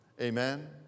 Amen